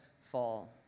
fall